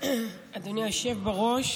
אדוני היושב-ראש.